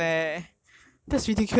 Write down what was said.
so grossed out eh seriously